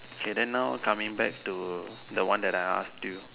okay then now coming back to the one that I asked you